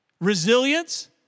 Resilience